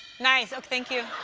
nice. oh, thank you.